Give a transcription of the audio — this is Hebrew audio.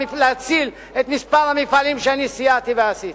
את מספר המפעלים שאני סייעתי להם ועשיתי.